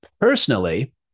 Personally